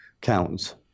counts